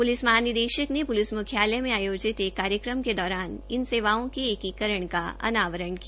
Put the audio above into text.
police महानिदेशक ने police मुख्यालय में आयोजित एक कार्यक्रम के दौरान इन सेवाओं के एकीकरण का अनावरण किया